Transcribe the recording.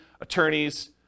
attorneys